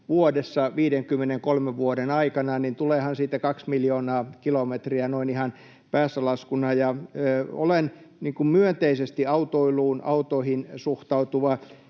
vuodessa 53 vuoden aikana, niin tuleehan siitä kaksi miljoonaa kilometriä noin ihan päässälaskuna. Olen myönteisesti autoiluun, autoihin suhtautuva,